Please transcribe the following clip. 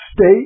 State